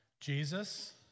Jesus